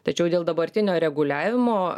tačiau dėl dabartinio reguliavimo